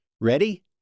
Ready